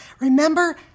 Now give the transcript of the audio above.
remember